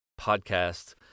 podcast